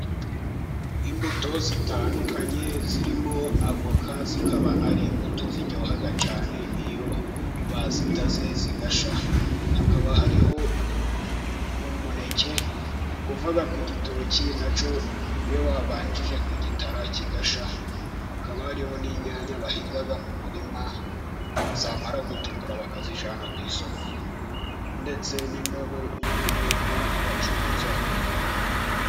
Imbuto zitandukanye zirimo avoka, zikaba ari imbuto ziryoha cyane, iyo bazitaze zigashya, hakaba hariho umuneke uva ku gitoki, na cyo iyo babanjije kugitara kigashya, hakaba hariho n'inyanya bahinga mu murima, zamara gutukura bakazijyana ku isoko. Ndetse n'indobo y'ubunyobwa bacuruza.